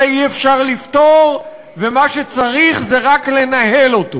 אי-אפשר לפתור ומה שצריך זה רק לנהל אותו?